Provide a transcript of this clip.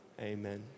amen